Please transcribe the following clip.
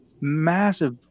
massive